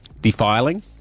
Defiling